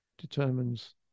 determines